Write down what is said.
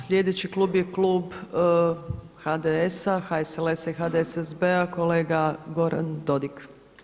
Sljedeći klub je klub HDS-a, HSLS-a i HDSSB-a kolega Goran Dodig.